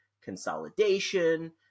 consolidation